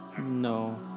No